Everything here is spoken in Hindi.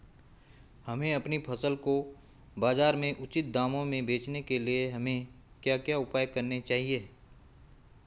हमें अपनी फसल को बाज़ार में उचित दामों में बेचने के लिए हमें क्या क्या उपाय करने चाहिए?